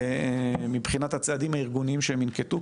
מבחינת הצעדים הארגוניים שהם ינקטו,